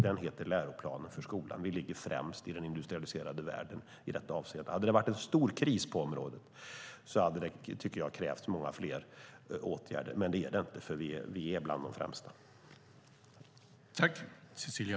Den heter Läroplan för skolan. Vi ligger främst i den industrialiserade världen i detta avseende. Hade det varit en stor kris på området tycker jag att det hade krävt många fler åtgärder, men det är det inte. Vi är bland de främsta.